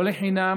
לא לחינם.